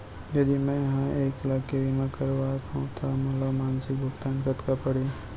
यदि मैं ह एक लाख के बीमा करवात हो त मोला मासिक भुगतान कतना पड़ही?